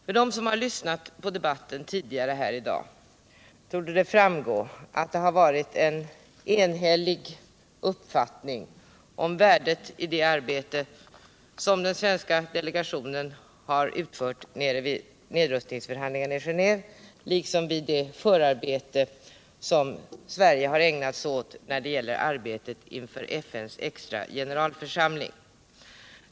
För dem som har lyssnat på debatten här i dag torde det stå klart att det rått en enig uppfattning om värdet av det arbete som den svenska delegationen har utfört vid nedrustningsförhandlingarna i Geneve liksom av det förarbete som Sverige har ägnat sig åt inför FN:s extra generalförsamling.